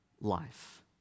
life